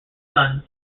sons